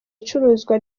icuruzwa